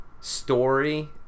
story